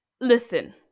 listen